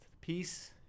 Peace